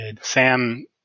Sam